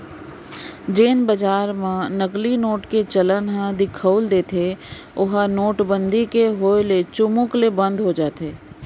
जेन बजार म नकली नोट के चलन ह दिखउल देथे ओहा नोटबंदी के होय ले चुमुक ले बंद हो जाथे